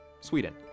Sweden